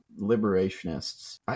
liberationists